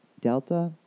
Delta